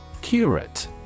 Curate